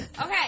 Okay